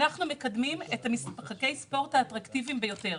אנחנו מקדמים את משחקי הספורט האטרקטיביים ביותר.